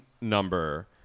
number